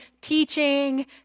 teaching